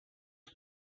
lat